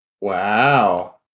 Wow